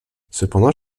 cependant